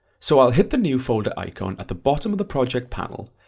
so i'll hit the new folder icon at the bottom of the project panel,